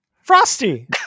Frosty